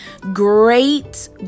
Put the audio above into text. great